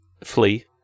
flee